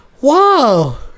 Wow